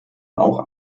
auch